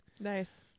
Nice